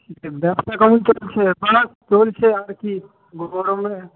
ব্যবসা কেমন চলছে আপনার চলছে আর কি গরমে